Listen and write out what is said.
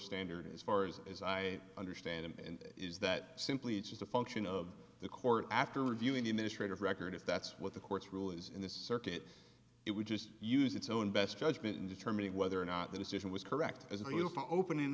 standard as far as as i understand and is that simply just a function of the court after reviewing the administrative record if that's what the courts rule is in the circuit it would just use its own best judgment in determining whether or not the decision was correct as an opening